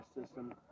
system